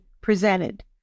presented